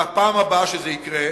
בפעם הבאה שזה יקרה,